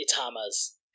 Itama's